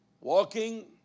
Walking